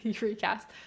Recast